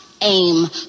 aim